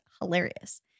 hilarious